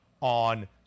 on